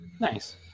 Nice